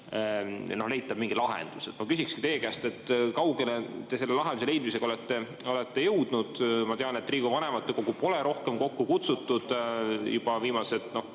No et leida mingi lahendus. Ma küsikski teie käest, kui kaugele te selle lahenduse leidmisega olete jõudnud. Ma tean, et Riigikogu vanematekogu pole rohkem kokku kutsutud juba viimased